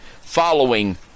following